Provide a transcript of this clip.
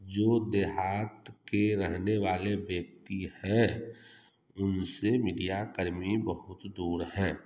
जो देहात के रहने वाले व्यक्ति हैं उनसे मीडिया कर्मी बहुत दूर हैं